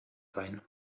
sein